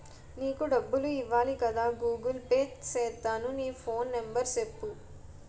నీకు డబ్బులు ఇవ్వాలి కదా గూగుల్ పే సేత్తాను నీ ఫోన్ నెంబర్ సెప్పు